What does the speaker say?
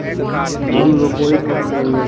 हम रोपाई कब करेंगे?